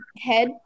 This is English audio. head